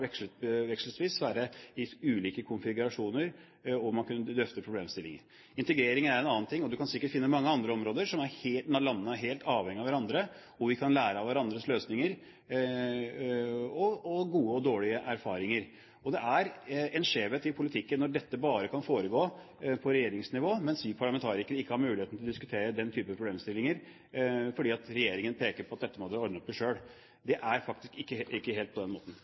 ulike konfigurasjoner, og hvor man kunne drøfte problemstillinger. Integrering er en annen ting, og man kan sikkert finne mange andre områder der landene er helt avhengige av hverandre. Vi kan lære av hverandres løsninger – gode og dårlige erfaringer. Det er en skjevhet i politikken når dette bare kan foregå på regjeringsnivå, mens vi parlamentarikere ikke har mulighet til å diskutere den type problemstillinger fordi regjeringen sier at dette må dere ordne opp i selv. Det er faktisk ikke helt på den måten